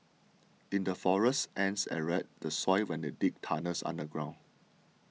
in the forests ants aerate the soil when they dig tunnels underground